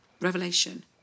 revelation